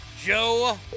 Joe